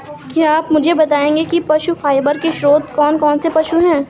क्या आप मुझे बताएंगे कि पशु फाइबर के स्रोत कौन कौन से पशु हैं?